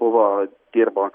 buvo dirbo